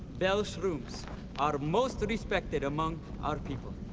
bell shrooms are most respected among our people.